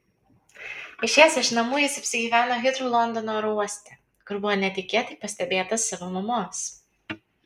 išėjęs iš namų jis apsigyveno hitrou londono oro uoste kur buvo netikėtai pastebėtas savo mamos